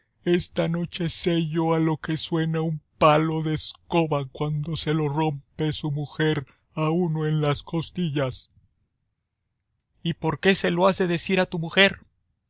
esta noche sé yo a lo que suena un palo de escoba cuando se lo rompe su mujer a uno en las costillas y por qué se lo has de decir a tu mujer